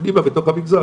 פנימה בתוך המגזר,